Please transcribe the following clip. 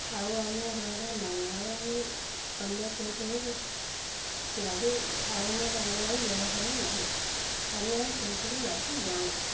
ଆଉ ଆମ ହୃଦୟ ନାହିଁ ଆଉ ଆମେ ଅନ୍ୟ କେଉଁଠୁ ଗାଧୋଇ ଆଉ ଆମ ଗାଁରେ ଆଉ ଜଳାଶୟ ନାହିଁ ଆମେ ଆଉ କେଉଁଠିକୁ ଗାଧୋଇବାକୁ ଯାଉନୁ